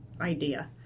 idea